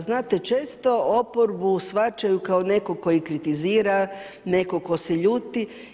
Znate često oporbu shvaćaju kao netko tko ih kritizira, netko tko se ljuti.